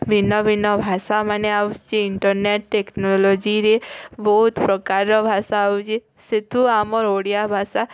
ଭିନ୍ନ ବିନ୍ନ ଭାଷାମାନେ ଆସୁଛି ଇଣ୍ଟରନେଟ୍ ଟେକ୍ନୋଲୋଜିରେ ବହୁତ୍ ପ୍ରକାରର ଭାଷା ହେଉଛି ସେଥୁ ଆମର ଓଡ଼ିଆ ଭାଷା